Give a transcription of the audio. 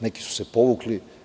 Neki su se povukli.